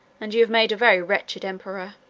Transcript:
and you have made a very wretched emperor.